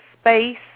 space